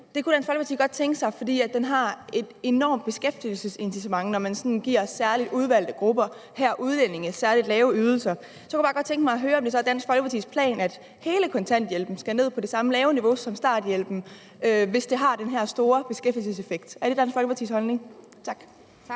Det kunne Dansk Folkeparti godt tænke sig, fordi det har et enormt beskæftigelsesincitament, når man sådan giver særlig udvalgte grupper, her udlændinge, særlig lave ydelser. Så kunne jeg bare godt tænke mig at høre, om det så er Dansk Folkepartis plan, at al kontanthjælp skal ned på det samme lave niveau som starthjælpen, hvis det har den her store beskæftigelseseffekt. Er det Dansk Folkepartis holdning? Kl.